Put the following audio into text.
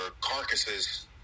carcasses